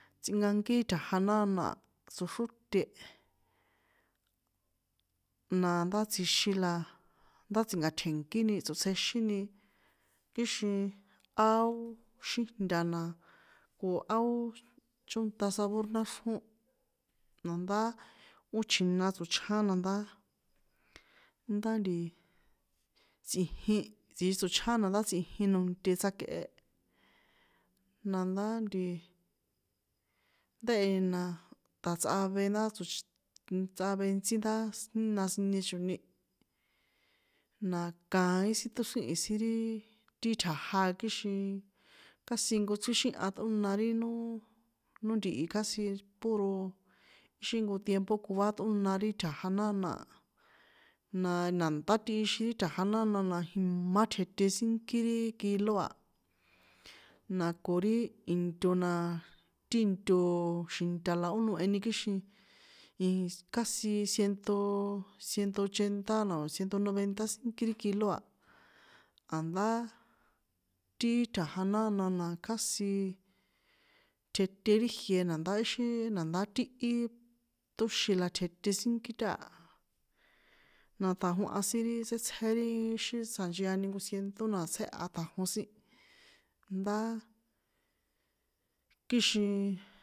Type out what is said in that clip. Tsꞌinakankí tjaja nána tsoxróte, nandá tsjixin la ndă tsi̱nka̱tjiènkini tsotsjexini kixin á ó xíjnta na, ko a ó chónta sabor náxrjón nandá ó chjina tsochján nandá, ndá tiii, tsꞌijin tsjixin tsochján nandá tsꞌijin note tsjakꞌe, nandá ntii nda jeheni ndá hasta tsꞌave. Tsꞌave intsi ndá jina sinie choni, na kaín ṭóxríhi̱n ti tja̱ja̱ a kixin casi nkochríxínha ṭꞌóna ri no nó ntihi casi puro xí nko tiempo koá ṭꞌóna ri tjaja nána, na na̱ntá tꞌixin ri tja̱ja nána na imá tjete sínkí ri kilo a, na ko ri into na ti into xinta la ó noheni kixin i kasi cientooo ciento ochenta o ciento novente sínki ri kilo a, a̱ndă ri tja̱ja náná na casi tjete ri jie nandá ixi na̱ndá tíhi ṭóxi la tjete sínki taha, na tjanjonha sin ri ixi tsjétsje ri ixi tsjanchiani nko ciento na tsjéha ṭjanjon sin, ndá kixin.